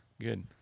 Good